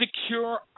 Secure